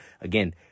again